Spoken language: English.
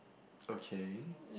okay